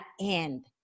end